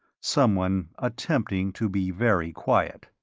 someone attempting to be very quiet.